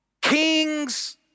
King's